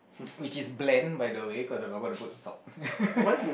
which is bland by the way cause I forgot to put salt